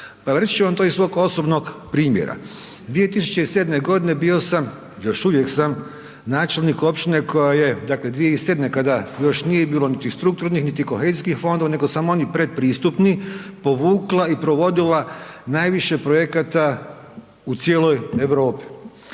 vrši on to iz svog osobnog primjera. 2007. godine bio sam i još uvijek sam načelnik općine koja je, dakle 2007. kada još nije bilo niti strukturnih niti kohezijskih fondova nego samo onih predpristupni povukla i provodila najviše projekata u cijeloj Europi.